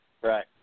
right